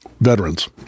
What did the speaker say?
veterans